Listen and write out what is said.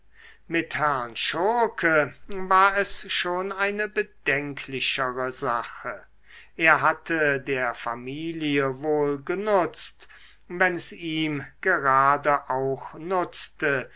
herrn schurke war es schon eine bedenklichere sache er hatte der familie wohl genutzt wenn es ihm gerade auch nutzte